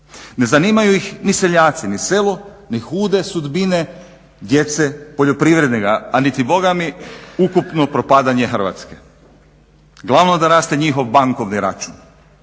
Ne zanimaju ih ni seljaci ni selo ni hude sudbine djece poljoprivrednika, a niti ukupno propadanje Hrvatske. Glavno da raste njihov bankovni račun.